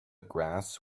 grass